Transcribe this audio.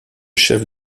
chef